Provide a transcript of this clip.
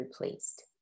replaced